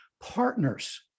partners